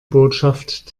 botschaft